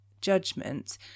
judgment